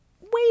Wait